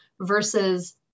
versus